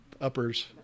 uppers